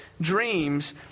dreams